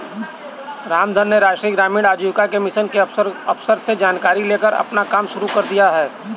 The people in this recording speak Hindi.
रामधन ने राष्ट्रीय ग्रामीण आजीविका मिशन के अफसर से जानकारी लेकर अपना कम शुरू कर दिया है